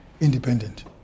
independent